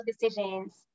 decisions